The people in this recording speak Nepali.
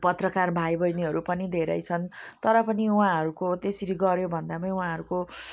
पत्रकार भाइबहिनीहरू पनि धेरै छन् तर पनि उहाँहरूको त्यसरी गर्यो भन्दा पनि उहाँहरूको